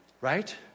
right